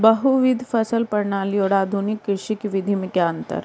बहुविध फसल प्रणाली और आधुनिक कृषि की विधि में क्या अंतर है?